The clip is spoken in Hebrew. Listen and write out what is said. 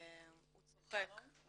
הוא צוחק --- הוא